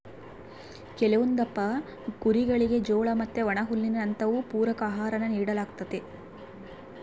ಕೆಲವೊಂದಪ್ಪ ಕುರಿಗುಳಿಗೆ ಜೋಳ ಮತ್ತೆ ಒಣಹುಲ್ಲಿನಂತವು ಪೂರಕ ಆಹಾರಾನ ನೀಡಲಾಗ್ತತೆ